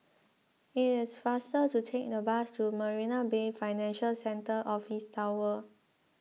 it is faster to take the bus to Marina Bay Financial Centre Office Tower